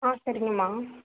ஆ சரிங்கம்மா